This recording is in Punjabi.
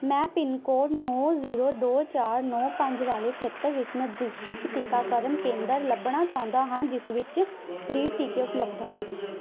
ਮੈਂ ਪਿੰਨਕੋਡ ਨੌ ਜ਼ੀਰੋ ਦੋ ਚਾਰ ਨੌ ਪੰਜ ਵਾਲੇ ਖੇਤਰ ਵਿੱਚ ਨਜ਼ਦੀਕੀ ਟੀਕਾਕਰਨ ਕੇਂਦਰ ਲੱਭਣਾ ਚਾਹੁੰਦਾ ਹਾਂ ਜਿਸ ਵਿੱਚ ਫ੍ਰੀ ਟੀਕੇ ਉਪਲਬਧ ਹਨ